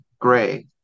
gray